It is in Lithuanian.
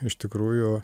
iš tikrųjų